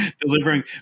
delivering